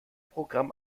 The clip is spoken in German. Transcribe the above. programm